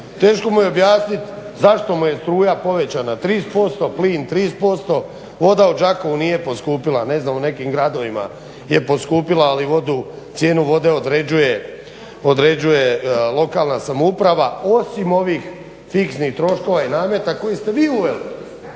teško mu je objasniti zašto mu je struja povećana 30%, plin 30% Voda u Đakovu nije poskupila, ne znam u nekim gradovima je poskupila, ali cijenu vode određuje lokalna samouprava osim ovih fiksnih troškova i nameta koje ste vi uveli.